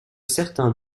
certains